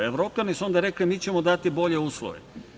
Evropljani su onda rekli – mi ćemo dati bolje uslove.